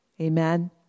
Amen